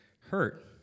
hurt